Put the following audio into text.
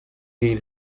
gain